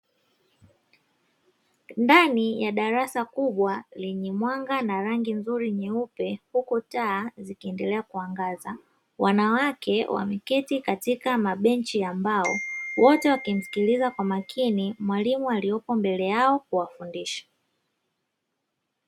Ndani ya darasa kubwa lenye mwanga na rangi nzuri nyeupe huku taa zikiendelea kuangaza. Wanawake wakiwa wameketi katika mabenchi ya mbao, wote wakimsikiliza kwa makini mwalimu aliyopo mbele yao kuwafundisha.